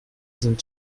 sind